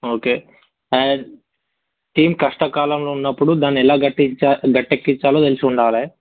okay team కష్టకాలంలో ఉన్నపుడు దాన్ని ఎలా గట్టెచా గట్టెక్కించాలో తెలిసి ఉండాలి